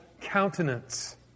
countenance